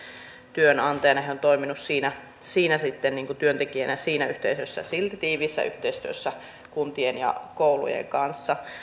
työnantajana ja he ovat toimineet siinä sitten niin kuin työntekijänä siinä yhteisössä silti tiiviissä yhteistyössä kuntien ja koulujen kanssa